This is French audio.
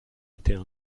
étaient